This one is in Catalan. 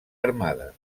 armades